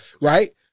right